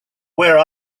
where